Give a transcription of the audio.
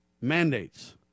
mandates